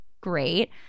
Great